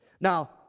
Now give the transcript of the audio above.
Now